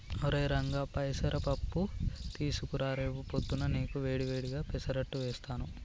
ఒరై రంగా పెసర పప్పు తీసుకురా రేపు పొద్దున్నా నీకు వేడి వేడిగా పెసరట్టు వేస్తారు